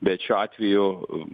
bet šiuo atveju